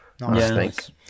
Nice